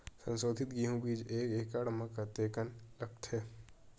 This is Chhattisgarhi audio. संसोधित गेहूं बीज एक एकड़ म कतेकन लगथे?